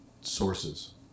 sources